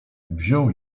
wziął